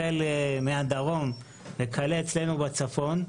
החל מהדרום וכלה בצפון,